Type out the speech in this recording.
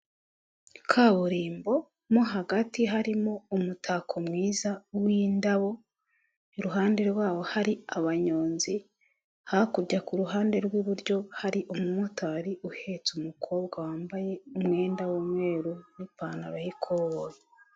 Kaburimbo mo hagati harimo umutako mwiza w'indabo iruhande rwaho hari abanyonzi, hakurya ku ruhande rw'iburyo hari umumotari uhetse umukobwa wambaye umwenda w'umweru n'ipantaro y'ikoboyi.